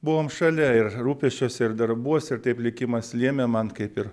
buvom šalia ir rūpesčiuose ir darbuse ir taip likimas lėmė man kaip ir